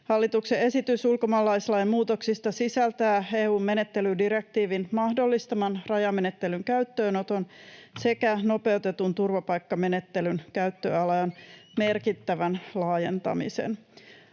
Hallituksen esitys ulkomaalaislain muutoksista sisältää EU:n menettelydirektiivin mahdollistaman rajamenettelyn käyttöönoton sekä nopeutetun turvapaikkamenettelyn käyttöalan merkittävän laajentamisen.